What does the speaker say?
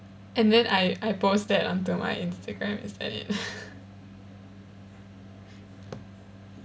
and then I I post that onto my instagram is that it